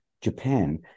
Japan